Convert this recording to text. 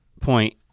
point